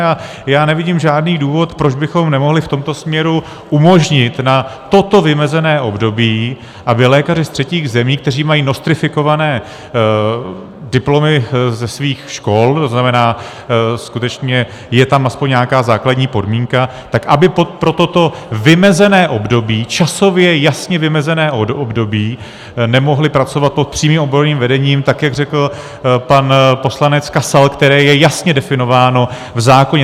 A já nevidím žádný důvod, proč bychom nemohli v tomto směru umožnit na toto vymezené období, aby lékaři z třetích zemí, kteří mají nostrifikované diplomy ze svých škol, tzn. skutečně je tam aspoň nějaká základní podmínka, tak aby pro toto vymezené období, časově jasně vymezené období, nemohli pracovat pod přímým odborným vedením tak, jak řekl pan poslanec Kasal, které je jasně definováno v zákoně.